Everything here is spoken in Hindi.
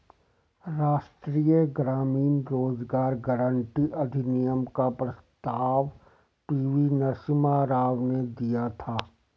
राष्ट्रीय ग्रामीण रोजगार गारंटी अधिनियम का प्रस्ताव पी.वी नरसिम्हा राव ने दिया था